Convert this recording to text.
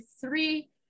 three